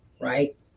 right